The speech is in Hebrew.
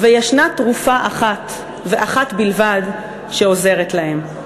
וישנה תרופה אחת, ואחת בלבד, שעוזרת להם.